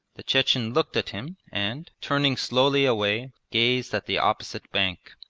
the chechen looked at him and, turning slowly away, gazed at the opposite bank.